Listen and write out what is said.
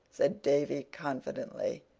said davy confidently,